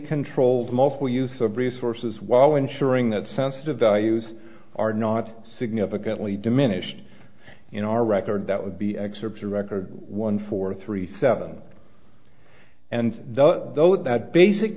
controlled multiple use of resources while ensuring that sensitive values are not significantly diminished in our record that would be ex urbs a record one four three seven and the though that basic